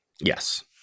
Yes